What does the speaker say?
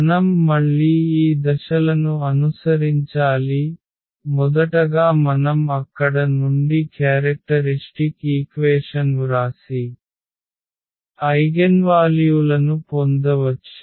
మనం మళ్ళీ ఈ దశలను అనుసరించాలి మొదటగా మనం అక్కడ నుండి క్యారెక్టరిష్టిక్ ఈక్వేషన్ వ్రాసి ఐగెన్వాల్యూలను పొందవచ్చు